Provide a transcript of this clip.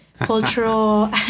cultural